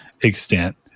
extent